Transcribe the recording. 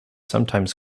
sometimes